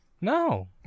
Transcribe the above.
No